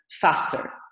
faster